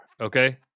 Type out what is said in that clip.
okay